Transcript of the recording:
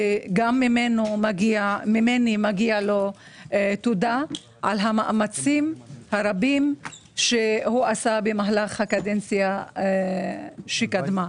גם ממני מגיעה לו תודה על המאמצים הרבים שהוא עשה במהלך הקדנציה הקודמת.